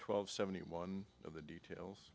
twelve seventy one of the details